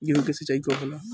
गेहूं के सिंचाई कब होला?